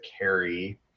carry